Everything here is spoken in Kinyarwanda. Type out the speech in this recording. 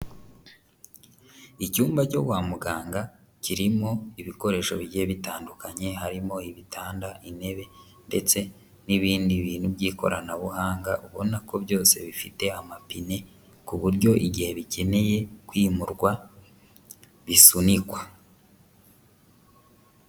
Icyumba cyo kwa muganga, kirimo ibikoresho bigiye bitandukanye, harimo ibitanda, intebe, ndetse n'ibindi bintu by'ikoranabuhanga ubona ko byose bifite amapine, ku buryo igihe bikeneye kwimurwa bisunikwa.